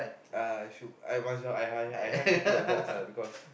uh it's true I I I I have to put a box lah because